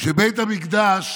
כשבית המקדש